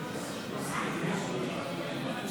לא נתקבלו.